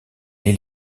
les